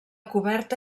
coberta